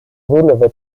δούλευε